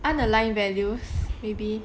unaligned values maybe